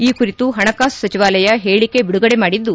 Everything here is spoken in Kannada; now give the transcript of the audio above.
ಈ ಕುರಿತು ಪಣಕಾಸು ಸಚಿವಾಲಯ ಹೇಳಕೆ ಬಿಡುಗಡೆ ಮಾಡಿದ್ದು